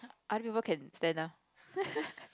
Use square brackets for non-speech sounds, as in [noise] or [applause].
other people can stand ah [laughs]